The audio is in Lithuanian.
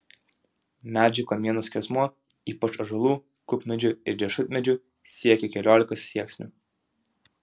medžių kamienų skersmuo ypač ąžuolų kukmedžių ir riešutmedžių siekė keliolika sieksnių